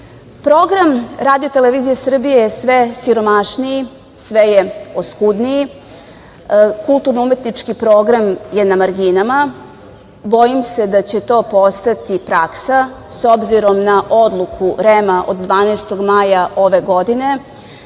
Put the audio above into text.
RTV.Program RTS je sve siromašniji, sve je oskudniji. Kulturno-umetnički program je na marginama. Bojim se da će to postati praksa, s obzirom na odluku REM-a od 12. maja ove godine